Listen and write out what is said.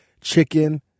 chicken